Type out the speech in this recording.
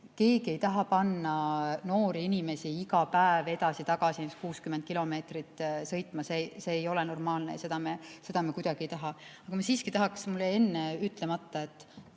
Keegi ei taha panna noori inimesi iga päev edasi-tagasi 60 kilomeetrit sõitma, see ei ole normaalne ja seda me kuidagi ei taha. Mul jäi enne ütlemata, et